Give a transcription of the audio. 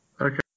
Okay